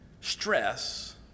stress